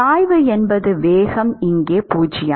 சாய்வு என்பது வேகம் இங்கே 0